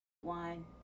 One